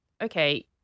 okay